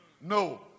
No